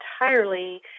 entirely